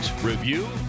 review